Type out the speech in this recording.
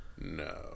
No